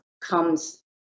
comes